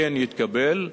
כן יתקבל,